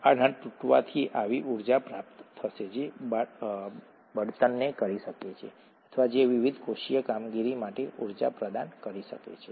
આના તૂટવાથી એવી ઊર્જા પ્રાપ્ત થશે જે બળતણને કરી શકે છે અથવા જે વિવિધ કોષીય કામગીરી માટે ઊર્જા પ્રદાન કરી શકે છે